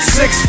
six